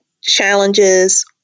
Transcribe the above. challenges